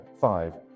Five